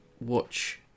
watch